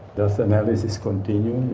does analysis continue?